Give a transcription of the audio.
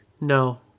No